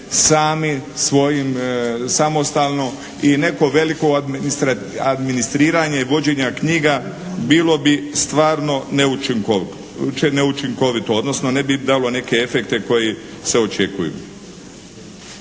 sami svojim samostalno i neko veliko administriranje i vođenja knjiga bilo bi stvarno neučinkovito, odnosno ne bi dalo neke efekte koji se očekuju,